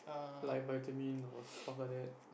like vitamin or stuff like that